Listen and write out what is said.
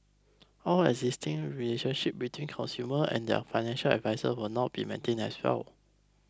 all existing relationships between consumer and their financial advisers will be maintained as well